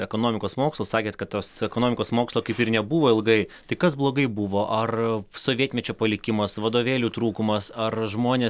ekonomikos mokslus sakėt kad tos ekonomikos mokslo kaip ir nebuvo ilgai tai kas blogai buvo ar sovietmečio palikimas vadovėlių trūkumas ar žmonės